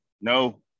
no